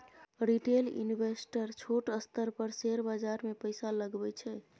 retail investor छोट स्तर पर शेयर बाजार मे पैसा लगबै छै